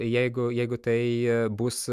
jeigu jeigu tai bus